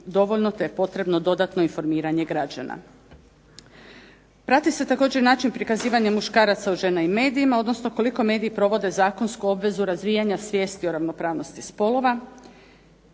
dovoljno te je potrebno dodatno informiranje građana. Prati se također način prikazivanja muškaraca i žena i medijima, odnosno koliko mediji provode zakonsku obvezu razvijanja svijesti o ravnopravnosti spolova.